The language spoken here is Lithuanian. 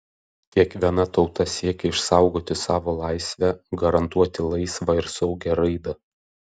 kiekviena tauta siekia išsaugoti savo laisvę garantuoti laisvą ir saugią raidą